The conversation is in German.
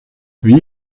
wie